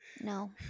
No